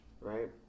right